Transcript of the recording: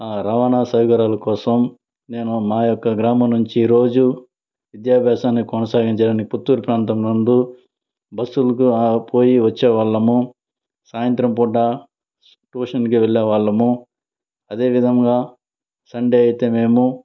రవాణ సౌకర్యాలు కోసం నేను మా యొక్క గ్రామం నుంచి రోజూ విద్యాభ్యాసాన్ని కొనసాగించడం కోసం పుత్తూరు ప్రాంతం నందు బస్లకు పోయి వచ్చేవాళ్ళము సాయంత్రం పూట కూడ ట్యూషన్కి వెళ్ళేవాళ్ళము అదేవిధముగా సన్డే అయితే మేము